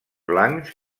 blancs